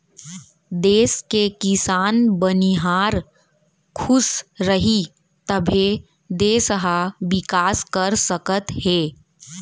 देस के किसान, बनिहार खुस रहीं तभे देस ह बिकास कर सकत हे